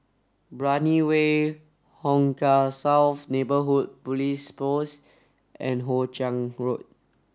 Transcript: Brani Way Hong Kah South Neighbourhood Police Post and Hoe Chiang Road